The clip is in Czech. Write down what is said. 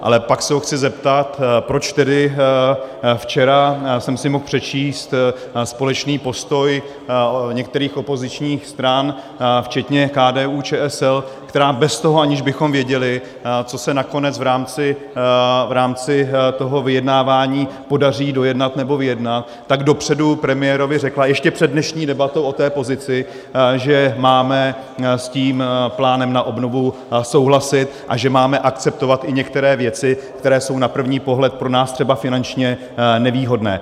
Ale pak se ho chci zeptat, proč tedy včera já jsem si mohl přečíst společný postoj některých opozičních stran včetně KDUČSL, která bez toho, že bychom věděli, co se nakonec v rámci toho vyjednávání podaří dojednat nebo vyjednat, tak dopředu premiérovi řekla ještě před dnešní debatou o té pozici, že máme s tím plánem na obnovu souhlasit a že máme akceptovat i některé věci, které jsou na první pohled pro nás třeba finančně nevýhodné.